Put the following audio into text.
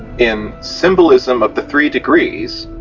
in symbolism of the three degrees,